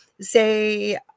say